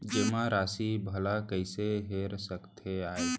जेमा राशि भला कइसे हेर सकते आय?